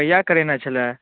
कहिया करेनाइ छलै